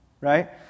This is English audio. right